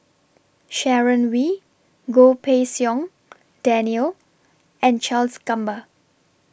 Sharon Wee Goh Pei Siong Daniel and Charles Gamba